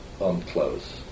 unclose